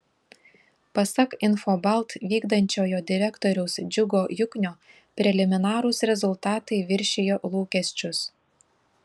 pasak infobalt vykdančiojo direktoriaus džiugo juknio preliminarūs rezultatai viršijo lūkesčius